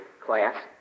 class